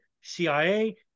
CIA